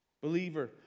Believer